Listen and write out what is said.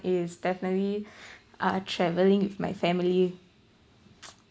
is definitely uh traveling with my family